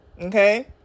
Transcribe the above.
okay